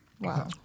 Wow